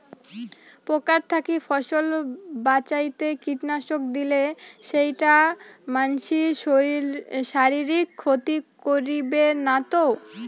পোকার থাকি ফসল বাঁচাইতে কীটনাশক দিলে সেইটা মানসির শারীরিক ক্ষতি করিবে না তো?